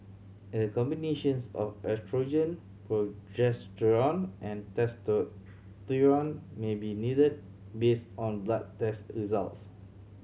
a combinations of oestrogen progesterone and may be needed based on blood test results